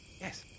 Yes